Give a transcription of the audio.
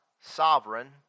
sovereign